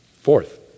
Fourth